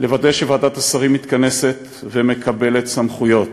לוודא שוועדת השרים מתכנסת ומקבלת סמכויות,